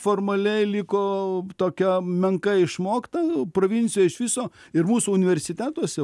formaliai liko tokia menkai išmokta provincijoj iš viso ir mūsų universitetuose